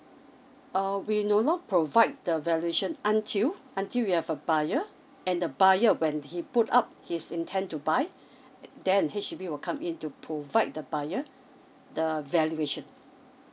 err we do not provide the valuation until until you have a buyer and the buyer when he put up his intend to buy then he should be will come in to provide the buyer the valuation